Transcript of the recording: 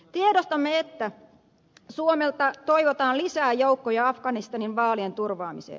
tiedostamme että suomelta toivotaan lisää joukkoja afganistanin vaalien turvaamiseen